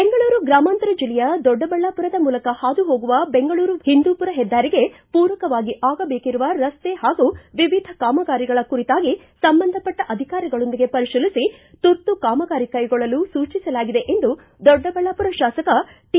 ಬೆಂಗಳೂರು ಗ್ರಾಮಾಂತರ ಜಿಲ್ಲೆಯ ದೊಡ್ಡಬಳ್ಳಾಪುರದ ಮೂಲಕ ಹಾದುಹೋಗುವ ಬೆಂಗಳೂರು ಹಿಂದೂಪುರ ಹೆದ್ದಾರಿಗೆ ಪೂರಕವಾಗಿ ಆಗಬೇಕಾಗಿರುವ ರಸ್ತೆ ಹಾಗೂ ವಿವಿಧ ಕಾಮಗಾರಿಗಳ ಕುರಿತಾಗಿ ಸಂಬಂಧಪಟ್ಟ ಅಧಿಕಾರಿಗಳೊಂದಿಗೆ ಪರಿತೀಲಿಸಿ ಕಾಮಗಾರಿ ಕೈಗೊಳ್ಳಲು ಸೂಚಿಸಲಾಗಿದೆ ಎಂದು ದೊಡ್ಡಬಳ್ಳಾಪುರ ತಾಸಕ ಟಿ